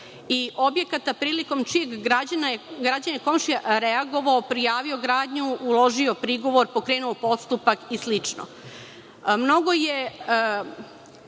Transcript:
i objekata prilikom čijeg građenja je komšija reagovao, prijavio gradnju, uložio prigovor, pokrenuo postupak i slično. Mnogo je